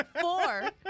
Four